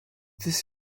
this